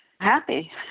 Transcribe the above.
happy